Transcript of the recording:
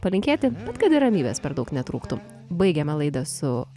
palinkėti kad ir ramybės per daug netrūktų baigiame laidą su